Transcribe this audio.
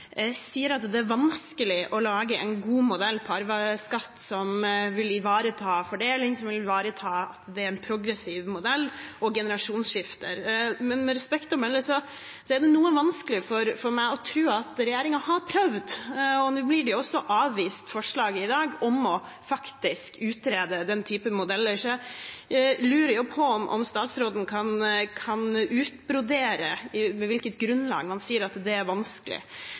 sier det er vanskelig å lage en god modell på arveskatt som vil ivareta fordeling, som vil ivareta en progressiv modell og generasjonsskifter. Med respekt å melde er det noe vanskelig for meg å tro at regjeringen har prøvd. I dag blir også forslaget om faktisk å utrede den typen modell avvist. Jeg lurer på om statsråden kan utbrodere på hvilket grunnlag man sier det er vanskelig.